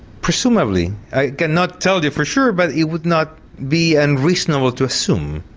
presumably, i cannot tell you for sure but it would not be unreasonable to assume.